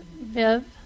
Viv